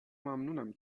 ممنونم